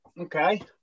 Okay